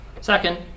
Second